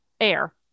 air